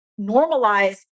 normalize